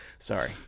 Sorry